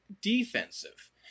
defensive